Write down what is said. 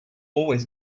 always